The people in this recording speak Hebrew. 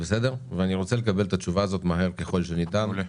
ואני רוצה לקבל את התשובה הזאת עוד היום.